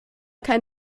kein